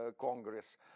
Congress